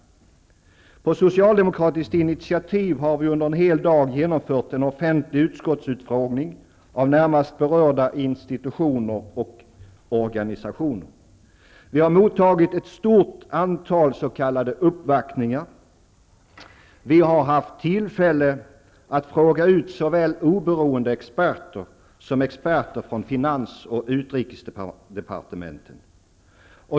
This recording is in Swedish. På socialdemokratiskt initiativ har vi under en hel dag genomfört en offentlig utskottsutfrågning av närmast berörda institutioner och organisationer. Vi har mottagit ett stort antal s.k. uppvaktningar. Vi har haft tillfälle att fråga ut såväl oberoende experter som experter från finans och utrikesdepartementen.